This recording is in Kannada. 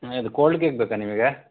ಇದು ಕೋಲ್ಡ್ ಕೇಕ್ ಬೇಕಾ ನಿಮಗೆ